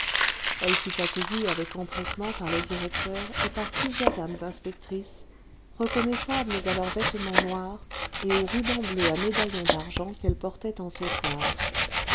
elle fut accueillie avec empressement par le directeur et par plusieurs dames inspectrices reconnaissables à leurs vêtements noirs et au ruban bleu à médaillon d'argent qu'elles portaient en sautoir